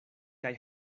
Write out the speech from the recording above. kaj